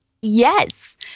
Yes